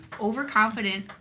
overconfident